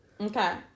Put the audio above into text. Okay